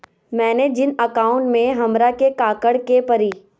मैंने जिन अकाउंट में हमरा के काकड़ के परी?